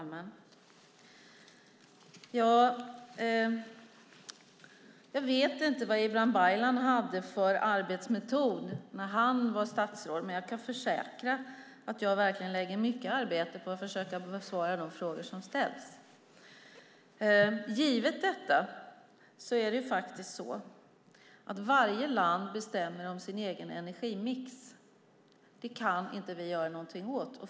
Herr talman! Jag vet inte vad Ibrahim Baylan hade för arbetsmetod när han var statsråd. Jag kan försäkra att jag verkligen lägger mycket arbete på att försöka besvara de frågor som ställs. Givet detta bestämmer varje land om sin egen energimix. Det kan vi inte göra någonting åt.